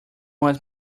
was